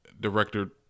director